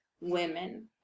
women